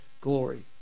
glory